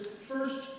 first